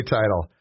title